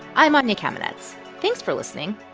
i'm anya kamenetz. thanks for listening